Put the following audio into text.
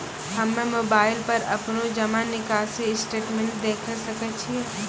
हम्मय मोबाइल पर अपनो जमा निकासी स्टेटमेंट देखय सकय छियै?